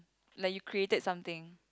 like you created something